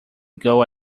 goal